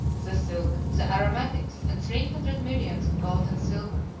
the silk, the aromatics, and three hundred myriads of gold and silver.